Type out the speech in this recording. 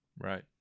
Right